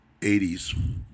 80s